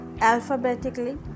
alphabetically